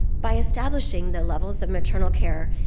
by establishing the levels of maternal care,